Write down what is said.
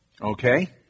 Okay